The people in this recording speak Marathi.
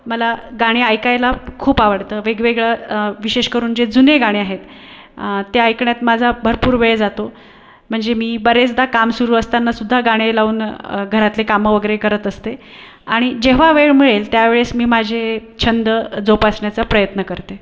मला गाणी ऐकायला खूप आवडतं वेगवेगळं विशेष करून जे जुने गाणे आहेत ते ऐकण्यात माझा भरपूर वेळ जातो म्हणजे मी बरेचदा काम सुरू असतानासुद्धा गाणे लावून घरातले कामं वगैरे करत असते आणि जेव्हा वेळ मिळेल त्या वेळेस मी माझे छंद जोपासण्याचा प्रयत्न करते